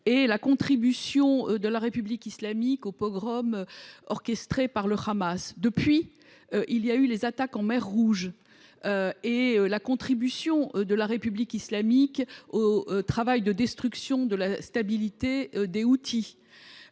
et la contribution de la République islamique d’Iran aux pogroms orchestrés par le Hamas ; depuis, il y a eu les attaques en mer Rouge et la contribution de la République islamique d’Iran à l’entreprise de destruction de la stabilité